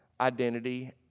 identity